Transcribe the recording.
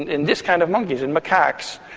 in these kind of monkeys, in macaques,